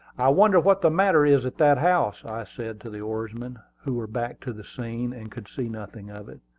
i wonder what the matter is at that house, i said to the oarsmen, who were back to the scene, and could see nothing of it.